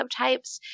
subtypes